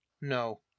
No